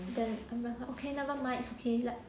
then I like okay never mind it's okay let